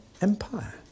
empire